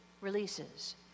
releases